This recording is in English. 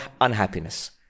unhappiness